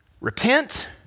Repent